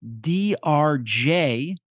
DRJ